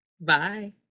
Bye